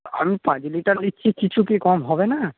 আমি পাঁচ লিটার নিচ্ছি কিছু কি কম হবে না